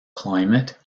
climate